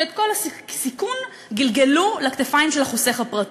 שאת כל הסיכון גלגלו לכתפיים של החוסך הפרטי.